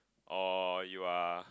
or you are